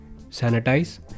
Sanitize